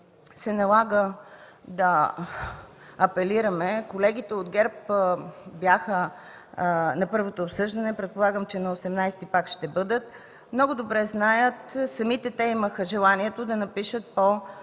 се налага да апелираме – колегите от ГЕРБ бяха на първото обсъждане, предполагам, че и на 18-ти пак ще бъдат – те много добре знаят и имаха желание да напишат